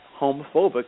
homophobic